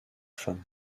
femme